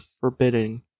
forbidding